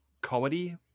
comedy